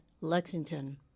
Lexington